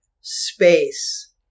space